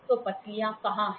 तो पसलियाँ कहाँ हैं